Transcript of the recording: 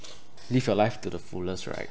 live your life to the fullest right